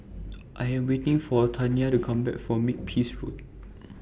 I Am waiting For Tania to Come Back from Makepeace Road